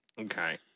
Okay